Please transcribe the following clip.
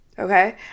Okay